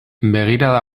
begirada